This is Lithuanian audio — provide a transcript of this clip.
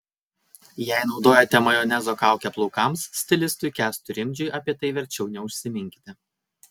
jei naudojate majonezo kaukę plaukams stilistui kęstui rimdžiui apie tai verčiau neužsiminkite